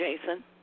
Jason